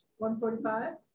145